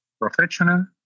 professional